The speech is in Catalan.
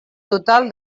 total